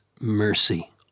mercy